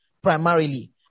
primarily